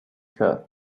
hair